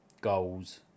goals